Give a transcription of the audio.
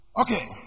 Okay